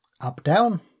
up-down